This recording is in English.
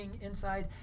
inside